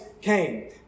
came